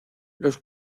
los